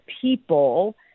people